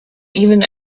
even